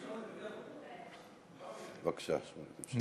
חברי הכנסת הערבים, בבקשה, שמולי, תמשיך.